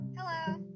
Hello